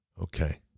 okay